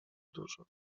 dużo